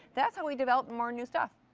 that's we develop more new stuff.